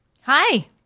Hi